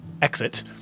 Exit